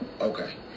Okay